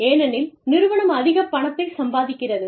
ஏனெனில் நிறுவனம் அதிகப் பணத்தைச் சம்பாதிக்கிறது